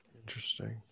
Interesting